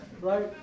Right